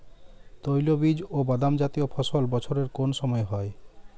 তৈলবীজ ও বাদামজাতীয় ফসল বছরের কোন সময় হয়?